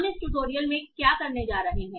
हम इस ट्यूटोरियल में क्या करने जा रहे हैं